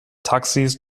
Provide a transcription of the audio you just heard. taxis